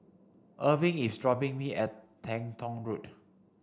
Erving is dropping me at Teng Tong Road